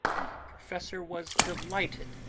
the professor was delighted.